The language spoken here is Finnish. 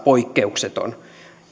poikkeukseton